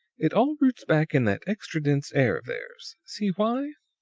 it all roots back in that extra dense air of theirs. see why?